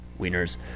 wieners